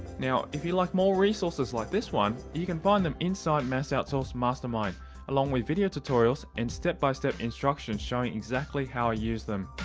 now, if you like more resources like this one, you can find them inside mass outsource mastermind along with video tutorials and step by step instructions showing exactly how i use them.